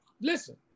Listen